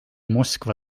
moskva